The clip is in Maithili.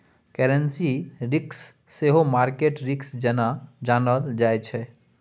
करेंसी रिस्क सेहो मार्केट रिस्क जेना जानल जाइ छै